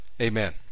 Amen